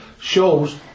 shows